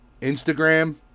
Instagram